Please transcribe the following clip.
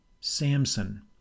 Samson